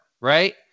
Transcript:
right